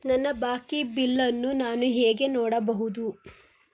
ನನ್ನ ಬಾಕಿ ಬಿಲ್ ಅನ್ನು ನಾನು ಹೇಗೆ ನೋಡಬಹುದು?